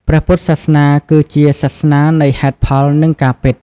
ព្រះពុទ្ធសាសនាគឺជាសាសនានៃហេតុផល និងការពិត។